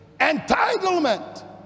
entitlement